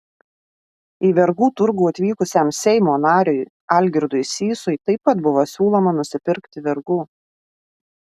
į vergų turgų atvykusiam seimo nariui algirdui sysui taip pat buvo siūloma nusipirkti vergų